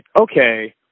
okay